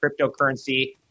cryptocurrency